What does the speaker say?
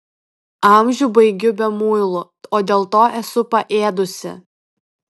amžių baigiu be muilų o dėl to esu paėdusi